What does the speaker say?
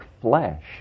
flesh